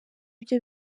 byo